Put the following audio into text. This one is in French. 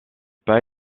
pas